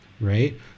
right